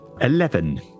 Eleven